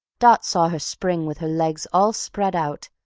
dot saw her spring with her legs all spread out,